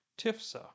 Tifsa